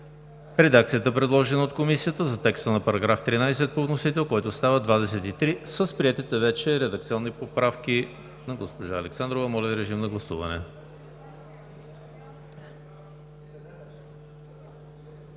редакцията, предложена от Комисията за текста на § 13 по вносител, който става § 23, с приетите вече редакционни поправки на госпожа Александрова. Гласували